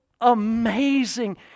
amazing